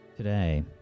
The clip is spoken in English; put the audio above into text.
Today